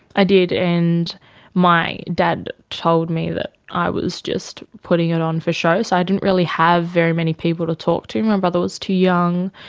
i did, and my dad told me that i was just putting it on for show. so i didn't really have very many people to talk to, my brother was too young.